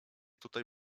tutaj